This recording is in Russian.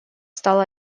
стало